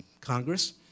Congress